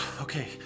Okay